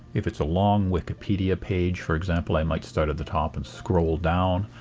if it's a long wikipedia page, for example, i might start at the top and scroll down.